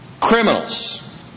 criminals